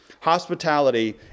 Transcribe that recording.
hospitality